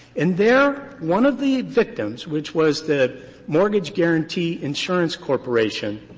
and there, one of the victims, which was the mortgage guaranty insurance corporation,